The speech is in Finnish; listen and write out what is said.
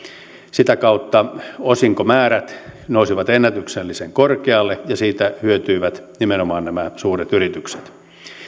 sitä kautta osinkomäärät nousivat ennätyksellisen korkealle ja siitä hyötyivät nimenomaan nämä suuret yritykset